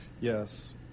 Yes